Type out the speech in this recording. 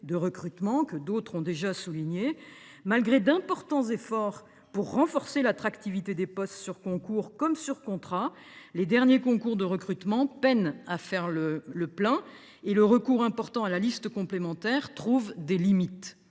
de recrutement. Malgré d’importants efforts pour renforcer l’attractivité des postes sur concours comme sur contrat, les derniers concours peinent à faire le plein et le recours important à la liste complémentaire trouve ses limites.